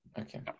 Okay